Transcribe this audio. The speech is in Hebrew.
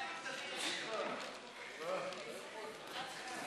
ההצעה להעביר את הצעת חוק